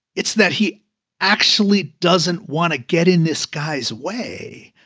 it's that he actually doesn't want to get in this guy's way.